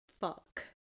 fuck